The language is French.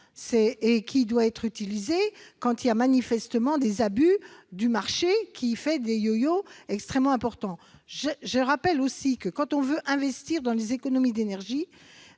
qui doit être utilisé quand il y a manifestement des abus du marché, qui fait des yoyo extrêmement importants. Je rappelle aussi que, quand on veut investir dans les économies d'énergie,